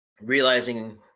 realizing